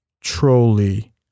Trolley